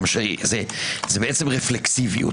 זה רפלקסיביות.